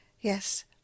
Yes